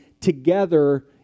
together